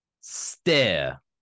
stare